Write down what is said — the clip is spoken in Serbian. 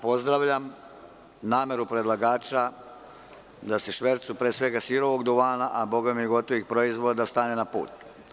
Pozdravljam nameru predlagača da se švercu, pre svega, sirovog duvana, a bogami i gotovih proizvoda stane na put.